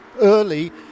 early